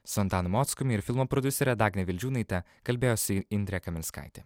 su antanu mockumi ir filmo prodiusere dagne vildžiūnaite kalbėjosi indrė kaminskaitė